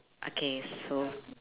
okay so